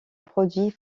produits